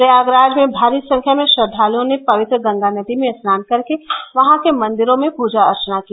प्रयागराज में भारी संख्या में श्रद्वालुओं ने पवित्र गंगा नदी में स्नान कर के वहां के मंदिरों में पूजा अर्चना की